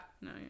no